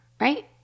right